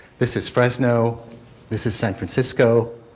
this is fresno this is san francisco,